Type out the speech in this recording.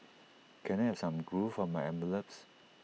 can I have some glue for my envelopes